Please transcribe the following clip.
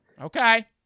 okay